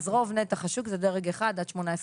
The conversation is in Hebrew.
אז רוב נתח השוק זה דרג 1, עד 18 קילו-וואט.